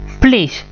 please